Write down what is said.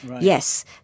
Yes